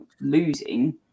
losing